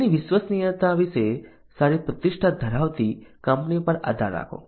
તેની વિશ્વસનીયતા વિશે સારી પ્રતિષ્ઠા ધરાવતી કંપની પર આધાર રાખો